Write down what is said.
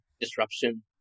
disruption